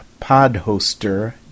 Podhoster